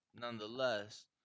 nonetheless